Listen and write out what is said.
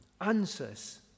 answers